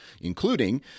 including